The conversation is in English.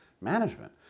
management